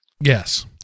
Yes